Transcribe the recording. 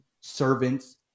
servants